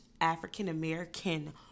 African-American